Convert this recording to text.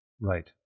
Right